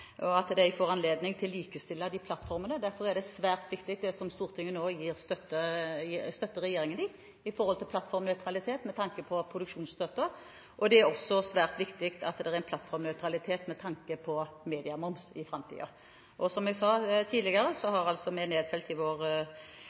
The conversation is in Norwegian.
og at de får anledning til å likestille plattformene. Derfor er det svært viktig, det som Stortinget nå støtter regjeringen i – plattformnøytralitet i produksjonsstøtten. Det er også svært viktig at det er plattformnøytralitet med tanke på mediemoms i framtiden. Som jeg sa tidligere, har vi nedfelt i